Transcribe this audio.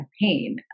pain